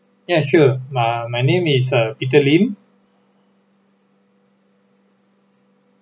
ya sure ma~ my name is uh peter lim